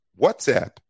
whatsapp